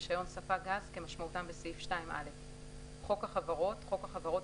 רישיון ספק גז" כמשמעותם בסעיף 2(א); "חוק החברות" חוק החברות,